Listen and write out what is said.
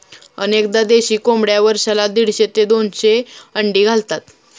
अनेकदा देशी कोंबड्या वर्षाला दीडशे ते दोनशे अंडी घालतात